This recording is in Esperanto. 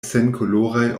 senkoloraj